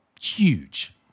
huge